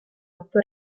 otto